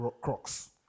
crocs